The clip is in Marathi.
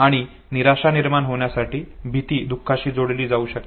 आणि निराशा निर्माण होण्यासाठी भीती दुःखाशी जोडली जाऊ शकते